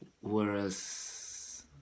whereas